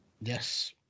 Yes